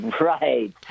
Right